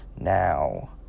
Now